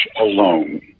alone